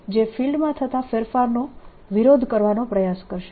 જે ફિલ્ડમાં થતા ફેરફારનો વિરોધ કરવાનો પ્રયાસ કરશે